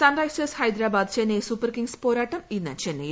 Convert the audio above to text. Sunrisers Hyderabad Chennai Super Kings പോരാട്ടം ഇന്ന് ചെന്നൈയിൽ